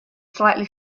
slightly